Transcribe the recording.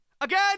Again